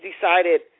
decided